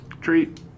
Treat